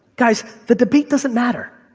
guys, the debate doesn't matter.